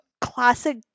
classic